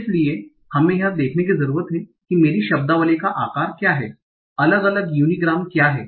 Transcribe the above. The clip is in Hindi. इसलिए हमें यह देखने की जरूरत है कि मेरी शब्दावली का आकार क्या है अलग अलग यूनीग्राम क्या हैं